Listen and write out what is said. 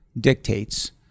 dictates